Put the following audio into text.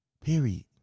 Period